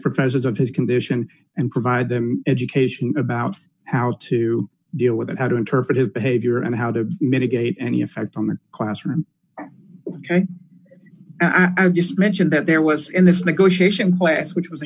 professors of his condition and provide them education about how to deal with it how to interpret his behavior and how to mitigate any effect on the classroom ok i just mentioned that there was in this negotiation class which was a